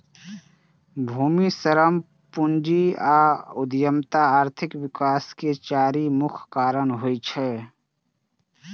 भूमि, श्रम, पूंजी आ उद्यमिता आर्थिक विकास के चारि मुख्य कारक होइ छै